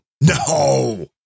No